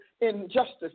injustice